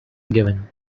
given